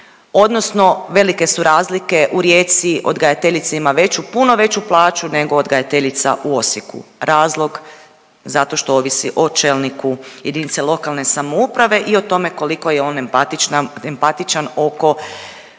odnosno velike su razlike u Rijeci, odgajateljica ima veću, puno veću plaću nego odgajateljica u Osijeku. Razlog, zato što ovisi o čelniku jedinice lokalne samouprave i o tome koliko je on empatična, empatičan